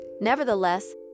Nevertheless